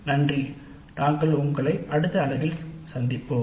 நன்றி நாங்கள் உங்களை அடுத்த பிரிவில் சந்திப்போம்